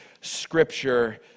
scripture